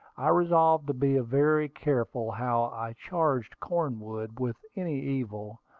i resolved to be very careful how i charged cornwood with any evil,